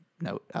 note